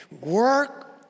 work